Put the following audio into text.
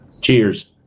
Cheers